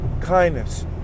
Kindness